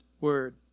Word